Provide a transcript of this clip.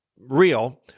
real